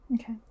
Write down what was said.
Okay